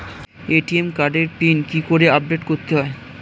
ATM কার্ডের pin কি করে আপডেট করতে হয়?